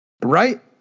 Right